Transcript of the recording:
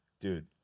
dude